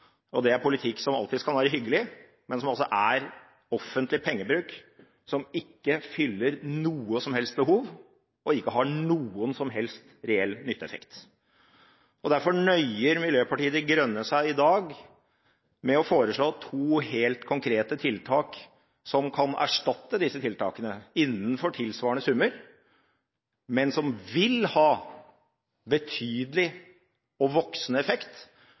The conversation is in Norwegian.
det er politikk som alltids kan være hyggelig, men som altså er offentlig pengebruk som ikke fyller noe som helst behov og ikke har noen som helst reell nytteeffekt. Derfor nøyer Miljøpartiet De Grønne seg i dag med å foreslå to helt konkrete tiltak som kan erstatte disse tiltakene innenfor tilsvarende summer, men som vil ha betydelig og voksende effekt,